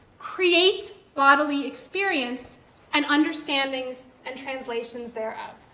create bodily experience and understandings and translations thereof.